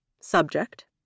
subject